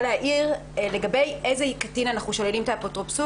להעיר לגבי איזה קטין אנחנו שוללים את האפוטרופסות,